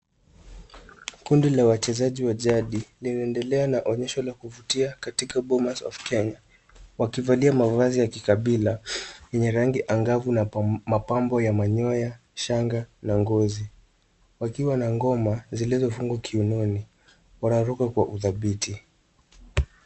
Kundi la wachezaji wa jadi, linaendelea na onyesho la kuvutia katika Bomas of Kenya, wakivalia mavazi ya kikabila, yenye rangi angavu na mapambo ya manyoya, shanga na ngozi. Wakiwa na ngoma zilizo fungwa kiunoni, wanaruka kwa udhabiti.